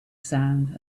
sound